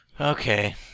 Okay